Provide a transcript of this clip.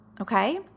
okay